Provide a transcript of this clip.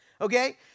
okay